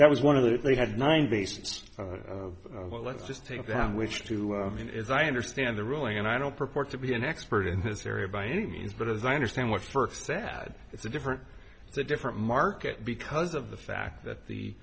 that was one of the they had nine basis of what let's just take them which to mean as i understand the ruling and i don't purport to be an expert in this area by any means but as i understand what first sad it's a different the different market because of the fact that the